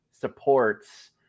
supports